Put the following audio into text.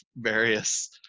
various